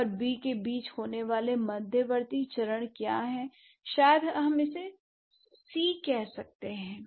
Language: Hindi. ए और बी के बीच होने वाले मध्यवर्ती चरण क्या हैं शायद हम इसे सी कह सकते हैं